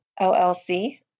LLC